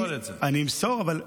אני מבקש למסור את זה.